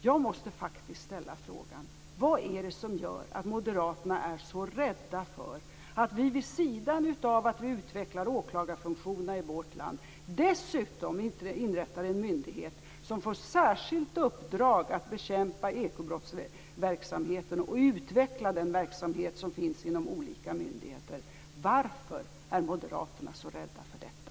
Jag måste faktisk ställa frågan: Vad är det som gör att moderaterna är så rädda för att vi vid sidan av att vi utvecklar åklagarfunktionen i vårt dessutom inrättar en myndighet som får ett särskilt uppdrag att bekämpa ekobrottsligheten och utveckla den verksamhet som finns inom olika myndigheter? Varför är ni så rädda för detta?